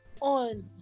on